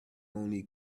only